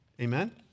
Amen